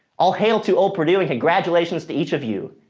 all hail to old purdue. and congratulations to each of you.